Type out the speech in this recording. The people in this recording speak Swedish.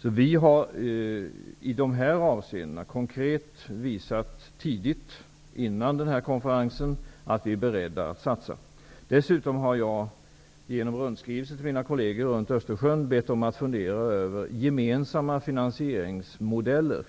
I dessa avseenden har regeringen, före Gdanskkonferensen, konkret visat sig vara beredd att satsa. I en rundskrivelse till mina kolleger runt Östersjön har jag dessutom bett dem fundera över gemensamma finansieringsmodeller.